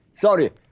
Sorry